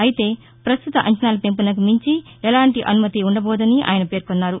అయితే పస్తుత అంచనాల పెంపునకు మించి ఎలాంటి అనుమతి ఉండబోదని ఆయన పేర్కొన్నారు